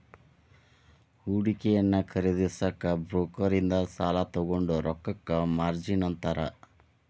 ಹೂಡಿಕೆಯನ್ನ ಖರೇದಿಸಕ ಬ್ರೋಕರ್ ಇಂದ ಸಾಲಾ ತೊಗೊಂಡ್ ರೊಕ್ಕಕ್ಕ ಮಾರ್ಜಿನ್ ಅಂತಾರ